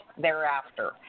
thereafter